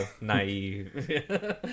naive